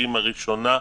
החריגים הראשונה,